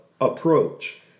approach